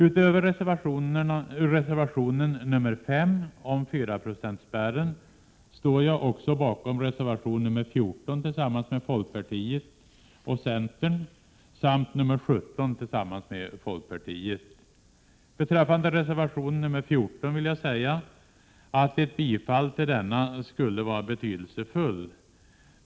Utöver reservation nr 5 om 4-procentsspärren står jag också tillsammans med folkpartiet och centern bakom reservation nr 14 samt nr 17 tillsammans med folkpartiet. Beträffande reservation nr 14 vill jag säga att ett bifall till den skulle vara betydelsefullt.